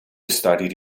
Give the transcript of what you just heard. studied